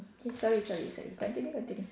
sorry sorry sorry continue continue